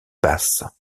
basses